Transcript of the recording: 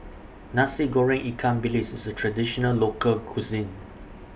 Nasi Goreng Ikan Bilis IS A Traditional Local Cuisine